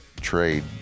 trade